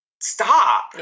stop